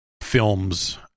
films